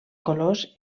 colors